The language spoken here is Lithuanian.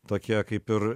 tokia kaip ir